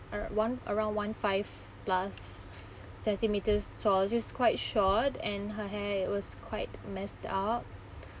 ar~ one around one five plus centimeters tall she's quite short and her hair it was quite messed up